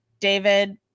David